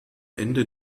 ende